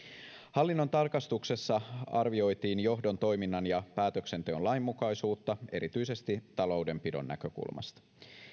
hallinnon tarkastuksessa arvioitiin johdon toiminnan ja päätöksenteon lainmukaisuutta erityisesti taloudenpidon näkökulmasta